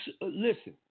Listen